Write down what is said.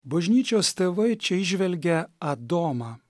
bažnyčios tėvai čia įžvelgia adomą